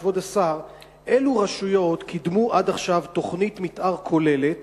כבוד השר: אילו רשויות קידמו עד עכשיו תוכנית מיתאר כוללת